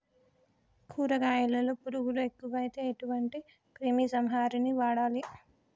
కూరగాయలలో పురుగులు ఎక్కువైతే ఎటువంటి క్రిమి సంహారిణి వాడాలి?